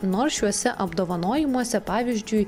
nors šiuose apdovanojimuose pavyzdžiui